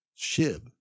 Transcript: shib